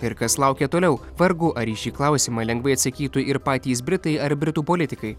ir kas laukia toliau vargu ar į šį klausimą lengvai atsakytų ir patys britai ar britų politikai